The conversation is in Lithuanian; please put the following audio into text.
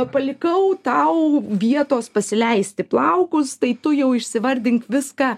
palikau tau vietos pasileisti plaukus tai tu jau išsivardink viską